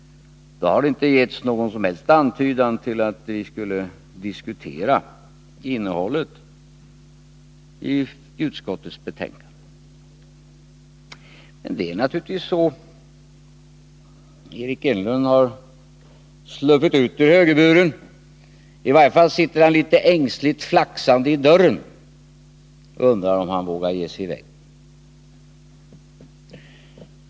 Då har det inte getts någon som helst antydan om att vi skulle diskutera innehållet i utskottets betänkande. Men det är naturligtvis så att Eric Enlund nu har sluppit ut ur högerburen. I varje fall sitter han litet ängsligt flaxande i dörren och undrar om han vågar ge sig i väg.